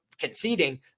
conceding